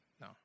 No